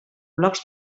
blocs